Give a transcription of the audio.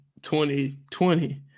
2020